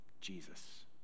Jesus